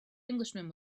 englishman